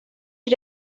you